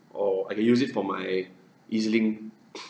or I can use it for my E_Z link